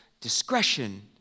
Discretion